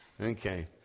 Okay